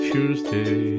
Tuesday